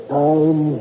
time